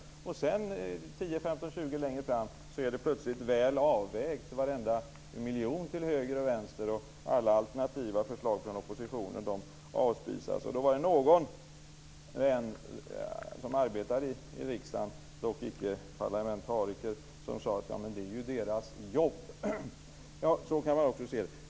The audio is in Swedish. Sedan, 10-20 sidor längre fram, är plötsligt varenda miljon till höger och vänster väl avvägda, och alla alternativa förslag från oppositionen avspisas. Då var det någon som arbetar i riksdagen, dock icke parlamentariker, som sade: Ja, men det är ju deras jobb. Ja, så kan man väl också se det!